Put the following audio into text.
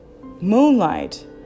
Moonlight